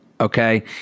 Okay